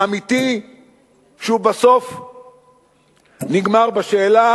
אמיתי שבסוף הוא נגמר בשאלה